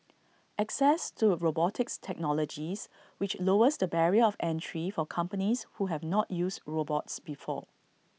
access to robotics technologies which lowers the barrier of entry for companies who have not used robots before